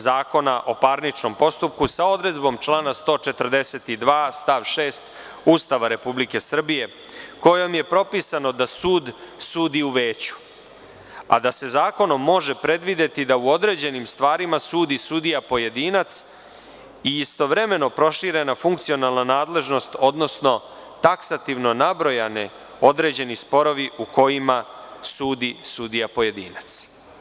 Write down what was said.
Zakona o parničnom postupku, sa odredbom člana 142. stav 6. Ustava Republike Srbije kojom je propisano da sud sudi u veću a da se zakonom može predvideti da u određenim stvarima sudi sudija pojedinac i istovremeno proširena funkcionalna nadležnost odnosno taksativno nabrojane, određeni sporovi u kojima sudi sudija pojedinac.